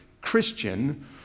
christian